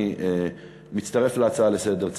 אני מצטרף להצעה לסדר-היום.